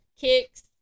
kicks